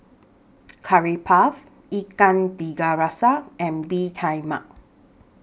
Curry Puff Ikan Tiga Rasa and Bee Tai Mak